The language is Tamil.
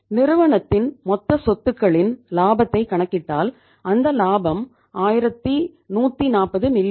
நிறுவனத்தின் மொத்த சொத்துக்களின் லாபத்தை கணக்கிட்டால் அந்த லாபம் 1140 மில்லியன்